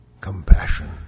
compassion